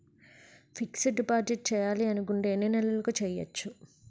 Fixed deposit చేయాలి అనుకుంటే ఎన్నే నెలలకు చేయొచ్చు?